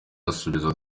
asubiza